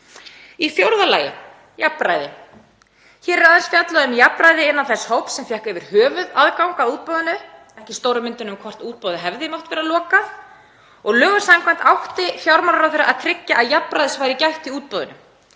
Í fjórða lagi: Jafnræði. Hér er aðeins fjallað um jafnræði innan þess hóps sem fékk yfir höfuð aðgang að útboðinu, ekki stóru myndina um hvort útboðið hefði mátt vera lokað, og lögum samkvæmt átti fjármálaráðherra að tryggja að jafnræðis væri gætt í útboðinu.